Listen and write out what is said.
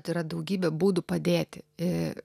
tai yra daugybė būdų padėti ir